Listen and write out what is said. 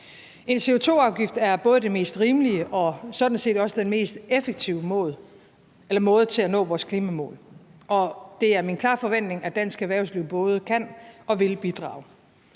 En CO2-afgift er både det mest rimelige og sådan set også den mest effektive måde til at nå vores klimamål på. Og det er min klare forventning, at dansk erhvervsliv både kan og vil bidrage.